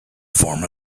form